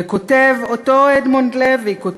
וכותב אותו אדמונד לוי: